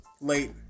late